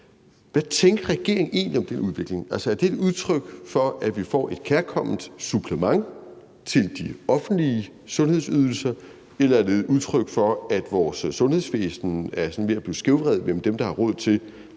Hvad tænker regeringen egentlig om den udvikling? Altså, er det et udtryk for, at vi får et kærkomment supplement til de offentlige sundhedsydelser, eller er det et udtryk for, at vores sundhedsvæsen er sådan ved at blive skævvredet mellem dem, der har råd til